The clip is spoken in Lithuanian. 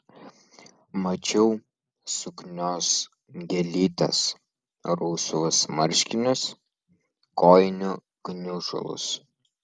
mačiau suknios gėlytes rausvus marškinius kojinių gniužulus